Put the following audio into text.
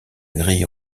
grille